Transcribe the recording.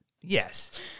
Yes